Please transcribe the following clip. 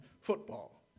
football